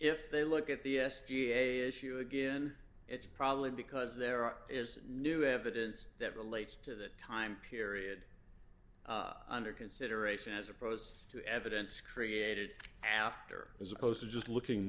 if they look at the s t a issue again it's probably because there are is new evidence that relates to the time period under consideration as opposed to evidence created after as opposed to just looking